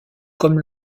comme